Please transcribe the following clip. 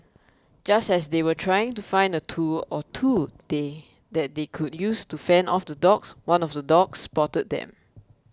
just as they were trying to find a tool or two they that they could use to fend off the dogs one of the dogs spotted them